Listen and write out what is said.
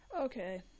Okay